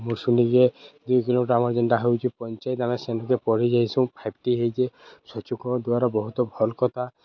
ମୁଁ ଶୁଣିକି ଦୁଇ କିଲୋମିଟର ଆମର ଯେନ୍ଟା ହଉଛି ପଞ୍ଚାୟତ ଆମେ ସେନ୍କେ ପଢ଼ ଯାଇସୁଁ ଫାଇପ୍ ଟି ହେଇଚେ ସଚିବଙ୍କ ଦ୍ୱାରା ବହୁତ ଭଲ କଥା